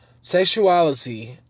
sexuality